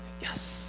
Yes